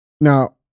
Now